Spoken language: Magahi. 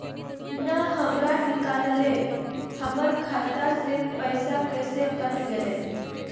बिना हमरा निकालले, हमर खाता से पैसा कैसे कट गेलई?